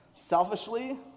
Selfishly